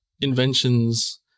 inventions